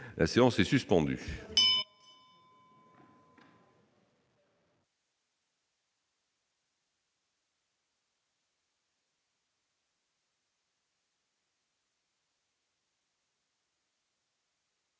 La séance est suspendue.